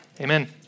Amen